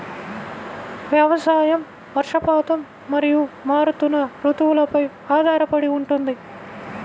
వ్యవసాయం వర్షపాతం మరియు మారుతున్న రుతువులపై ఆధారపడి ఉంటుంది